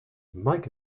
mike